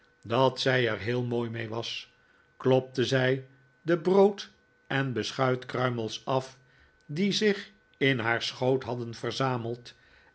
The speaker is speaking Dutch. dat zij er heel mooi mee was klopte zij de brood en beschuitkruimels af die zich in haar schoot hadden verzameld